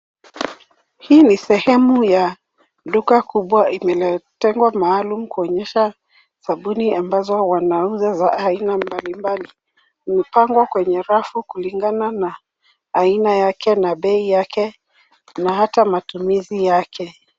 Hii ni sehemu ya duka kubwa imetengwa maalum kuonyesha sabuni ambazo wanauza za aina mbalimbali. Imepangwa kwenye rafu kulingana na aina yake na bei yake, na hata matumizi yake.